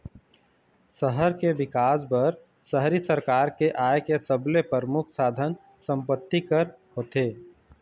सहर के बिकास बर शहरी सरकार के आय के सबले परमुख साधन संपत्ति कर होथे